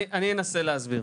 אז אני אנסה להסביר.